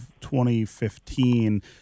2015